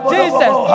Jesus